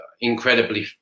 incredibly